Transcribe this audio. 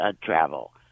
travel